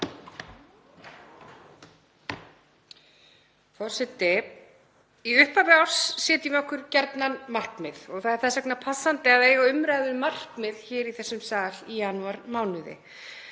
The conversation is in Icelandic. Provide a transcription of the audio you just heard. Forseti. Í upphafi árs setjum við okkur gjarnan markmið og það er þess vegna viðeigandi að eiga umræður um markmið hér í þessum sal í janúarmánuði.